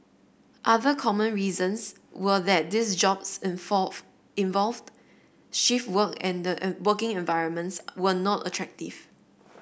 other common reasons were that these jobs involved shift work and the a working environments were not attractive